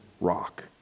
rock